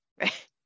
right